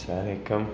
اسلام علیکُم